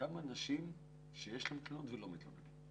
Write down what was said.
כמה אנשים יש שיש להם תלונות ולא מתלוננים.